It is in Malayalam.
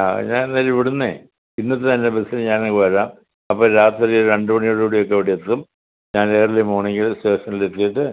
ആ ഞാൻ എന്നാൽ ഇവിടുന്നേ ഇന്നത്തെ തന്നെ ബസ്സിന് ഞാൻ അങ്ങ് വരാം അപ്പം രാത്രി രണ്ടുമണിയോട് കൂടി ഒക്കെ അവിടെ എത്തും ഞാൻ ഏർളി മോർണിങ്ങിൽ സ്റ്റേഷനിൽ എത്തിയിട്ട്